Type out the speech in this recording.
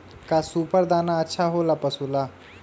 का सुपर दाना अच्छा हो ला पशु ला?